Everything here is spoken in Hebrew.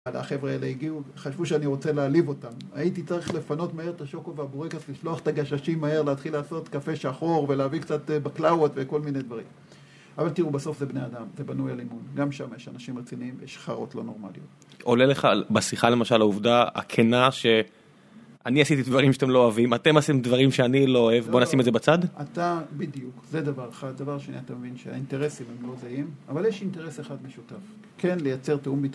החבר'ה האלה הגיעו, חשבו שאני רוצה להעליב אותם הייתי צריך לפנות מהר את השוקו והבורקס, לשלוח את הגששי מהר להתחיל לעשות קפה שחור ולהביא קצת בקלאות וכל מיני דברים אבל תראו, בסוף זה בני אדם, זה בנוי על אימון גם שם יש אנשים רציניים ויש חארות לא נורמלים עולה לך בשיחה למשל, העובדה, הכנה, ש... אני עשיתי דברים שאתם לא אוהבים, אתם עושים דברים שאני לא אוהב בוא נשים את זה בצד? אתה בדיוק, זה דבר אחד דבר שני, אתה מבין שהאינטרסים הם מאוד זהים אבל יש אינטרס אחד משותף כן, לייצר תאום מתחיל